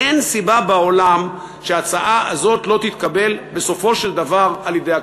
אין סיבה בעולם שההצעה הזאת לא תתקבל בסופו של דבר על-ידי הכנסת.